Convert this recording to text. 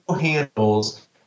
handles